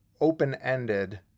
open-ended